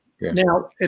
Now